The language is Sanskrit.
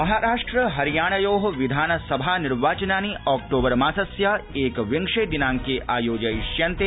महाराष्ट्र हरियाणयोः विधानसभा निर्वाचनानि ऑक्टोबर मासस्य एकविंशे दिनाड़के आयोजयिष्यन्ते